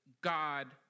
God